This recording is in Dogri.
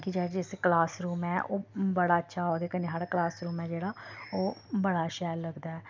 कि जेह्ड़ा जिस क्लास रूम ऐ ओह् बड़ा अच्छा ओह्दे कन्नै साढ़ा क्लास रूम ऐ जेह्ड़ा ओह् बड़ा शैल लगदा ऐ